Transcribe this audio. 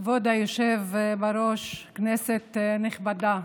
היושב-ראש, כנסת נכבדה,